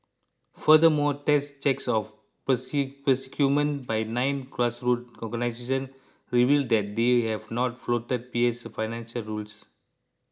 furthermore test checks of procurement by nine grass root organization revealed that they have not flouted P A' s financial rules